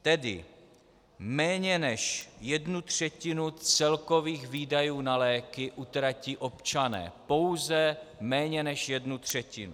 Tedy méně než jednu třetinu celkových výdajů na léky utratí občané pouze méně než jednu třetinu!